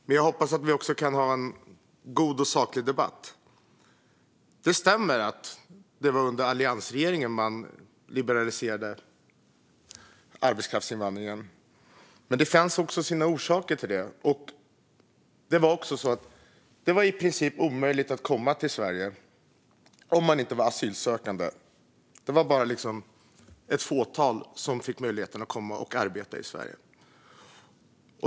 Men jag hoppas att vi också kan ha en god och saklig debatt. Det stämmer att det var alliansregeringen som liberaliserade arbetskraftsinvandringen. Det fanns orsak till det, för det var i princip omöjligt att komma till Sverige om man inte var asylsökande. Det var liksom bara ett fåtal som fick möjlighet att komma och arbeta i Sverige.